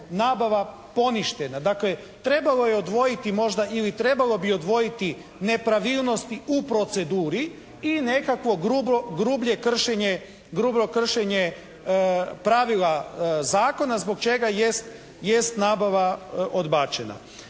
nabava poništena. Dakle, trebalo je odvojiti možda ili trebalo bi odvojiti nepravilnosti u proceduri i nekakvo grublje kršenje pravila zakona zbog čega jest nabava odbačena.